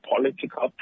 political